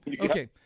Okay